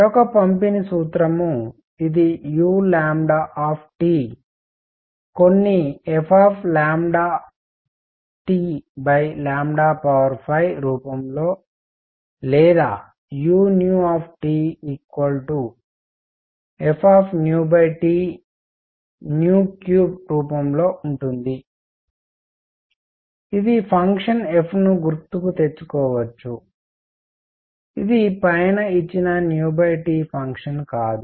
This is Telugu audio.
మరొకటి పంపిణీ సూత్రం ఇది u కొన్ని f5 రూపంలో లేదా uf 3రూపంలో ఉంటుంది ఇది ఫంక్షన్ f ను గుర్తుకు తెచ్చుకోవచ్చు ఇది పైన ఇచ్చిన T ఫంక్షన్ కాదు